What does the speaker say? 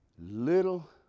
little